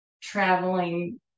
traveling